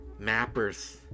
mappers